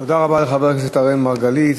תודה רבה לחבר הכנסת אראל מרגלית.